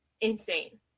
insane